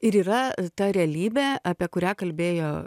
ir yra ta realybė apie kurią kalbėjo